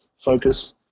focus